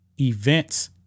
events